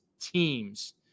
teams